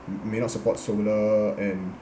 m~ may not support solar and